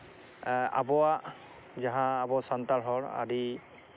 ᱟᱵᱚᱣᱟᱜ ᱡᱟᱦᱟᱸ ᱟᱵᱚ ᱥᱟᱱᱛᱟᱲ ᱦᱚᱲ ᱟᱹᱰᱤ